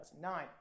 2009